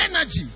energy